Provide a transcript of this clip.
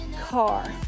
car